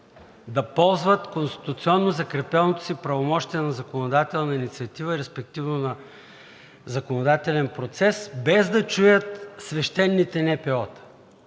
Да ползват конституционно закрепеното си правомощие на законодателна инициатива и респективно на законодателен процес, без да чуят свещените НПО та,